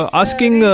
asking